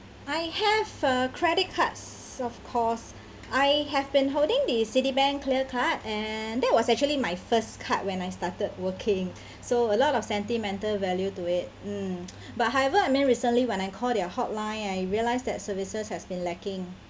I have uh credit cards of course I have been holding the citibank clear card and that was actually my first card when I started working so a lot of sentimental value to it um but however I meant recently when I called their hotline I realised that services has been lacking